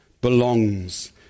belongs